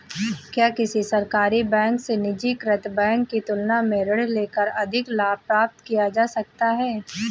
क्या किसी सरकारी बैंक से निजीकृत बैंक की तुलना में ऋण लेकर अधिक लाभ प्राप्त किया जा सकता है?